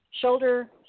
shoulder